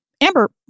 Amber